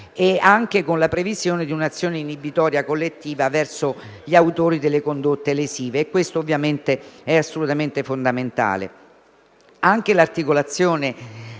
anche con la previsione di un'azione inibitoria collettiva verso gli autori delle condotte lesive e questo è fondamentale. Anche l'articolazione